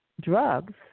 drugs